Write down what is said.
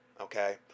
okay